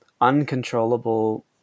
uncontrollable